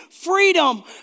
freedom